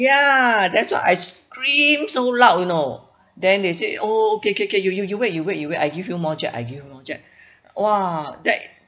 ya that's why I screamed so loud you know then they say oh okay K K you you you wait you wait you wait I give you more jab I give you more jab !wah! that